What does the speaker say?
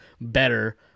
better